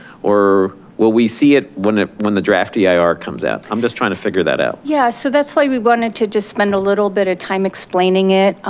or will we see it when it when the draft yeah eir comes out? i'm just trying to figure that out. yeah, so that's why we wanted to just spend a little bit of time explaining it.